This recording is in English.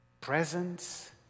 presence